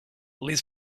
liz